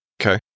Okay